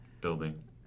Building